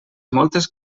moltes